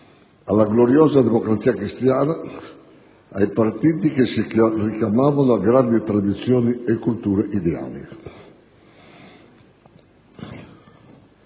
alla gloriosa Democrazia Cristiana, ai partiti che si richiamavano a grandi tradizioni e culture ideali